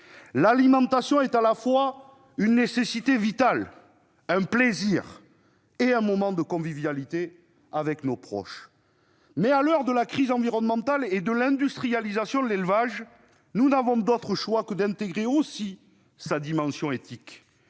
L'alimentation est à la fois une nécessité vitale, un plaisir et un moment de convivialité avec nos proches. Mais à l'heure de la crise environnementale et de l'industrialisation de l'élevage, nous n'avons d'autre choix que d'intégrer aussi sa dimension éthique.